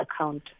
account